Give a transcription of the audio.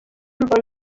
mbonyi